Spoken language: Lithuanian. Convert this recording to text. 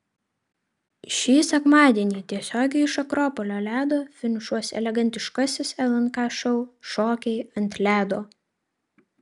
šį sekmadienį tiesiogiai iš akropolio ledo finišuos elegantiškasis lnk šou šokiai ant ledo